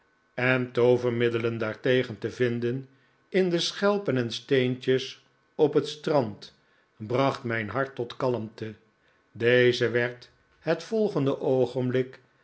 en toovermiddelen daartegen te vinden in de schelpen en steentjes op het strand bracht mijn hart tot kalmte deze werd het volgende oogenblik